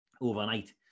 overnight